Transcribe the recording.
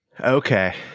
Okay